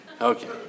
Okay